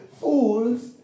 fools